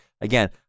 Again